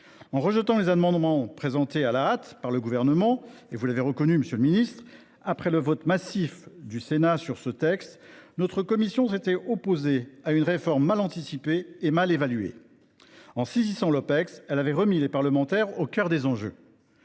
En rejetant ces amendements présentés par le Gouvernement à la hâte – vous l’avez vous même reconnu, monsieur le ministre –, après le vote massif du Sénat sur ce texte, notre commission s’était opposée à une réforme mal anticipée et mal évaluée. En saisissant l’Opecst, elle avait remis les parlementaires au cœur des enjeux.